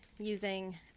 Using